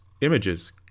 images